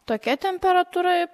tokia temperatūra